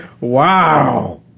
Wow